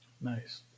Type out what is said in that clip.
nice